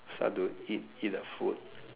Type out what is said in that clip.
start to eat eat the food